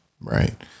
right